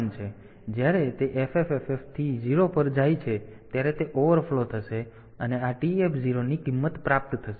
તેથી જ્યારે તે FFFF થી 0 પર જાય છે ત્યારે તે ઓવરફ્લો થશે અને આ TF 0 ની કિંમત પ્રાપ્ત થશે